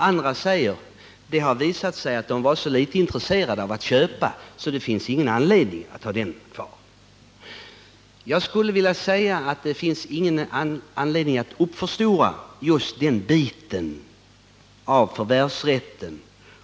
Andra säger: Det har visat sig att de var så litet intresserade av att köpa, så det finns ingen anledning att ha kvar den här rätten. Jag skulle vilja säga att det inte finns någon anledning att uppförstora just den här delen av förvärvsrätten.